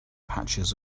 patches